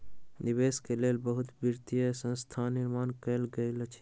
निवेश के लेल बहुत वित्तीय संस्थानक निर्माण कयल गेल अछि